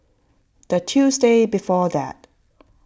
the Tuesday before that